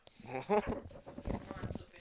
oh